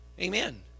Amen